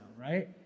right